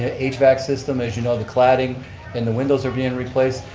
the hvac system as you know the cladding and the windows are being replaced.